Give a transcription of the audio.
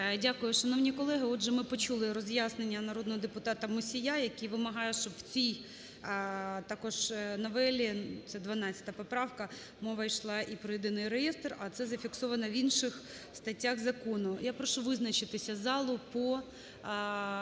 Дякую, шановні колеги. Отже, ми почули роз'яснення народного депутата Мусія, який вимагає, щоб в цій, також новелі, це 12 поправка, мова йшла і про єдиний реєстр, а це зафіксовано в інших статтях закону. Я прошу визначитись залу по